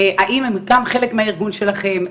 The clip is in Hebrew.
האם הם גם חלק מהארגון שלכם?